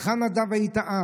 היכן, נדב, היית אז?